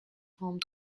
home